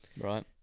Right